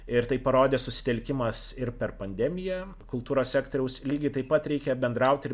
ir tai parodė susitelkimas ir per pandemiją kultūros sektoriaus lygiai taip pat reikia bendraut ir